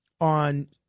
on